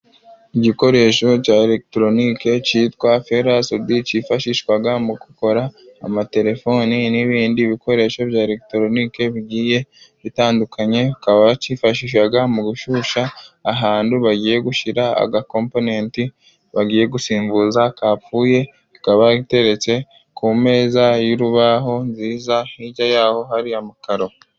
Igikoresho cya eregitoroniki kitwa ferasude, kifashishwa mu gukora amatelefoni n'ibindi bikoresho bya eregitoroniki bigiye bitandukanye. Bakaba bakifashisha mu gushyushya ahantu bagiye gushyira agakomponenti bagiye gusimbuza akapfuye. Kikaba giteretse ku meza y'urubaho nziza hirya yaho hari amakaro.